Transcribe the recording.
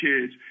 kids